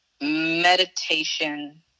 meditation